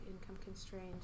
income-constrained